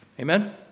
Amen